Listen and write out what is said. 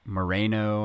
Moreno